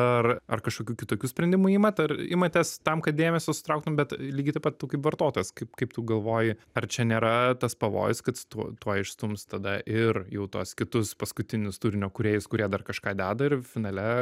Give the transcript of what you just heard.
ar ar kažkokių kitokių sprendimų imat ar imatės tam kad dėmesio sutrauktum bet lygiai taip pat tu kaip vartotojas kaip kaip tu galvoji ar čia nėra tas pavojus kad tu tuoj išstums tada ir jau tuos kitus paskutinius turinio kūrėjus kurie dar kažką deda ir finale